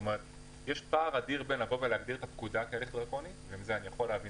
יש פער אדיר בין --- ואני יכול להבין